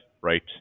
right